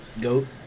Goat